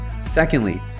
Secondly